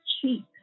cheap